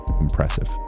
impressive